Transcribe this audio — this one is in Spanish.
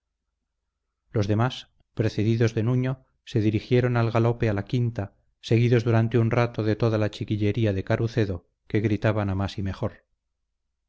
los demás precedidos de nuño se dirigieron al galope a la quinta seguidos durante un rato de toda la chiquillería de carucedo que gritaban a más y mejor